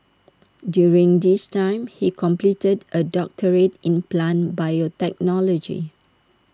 during this time he completed A doctorate in plant biotechnology